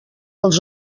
els